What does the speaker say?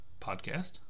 podcast